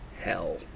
hell